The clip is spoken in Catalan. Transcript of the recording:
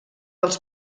als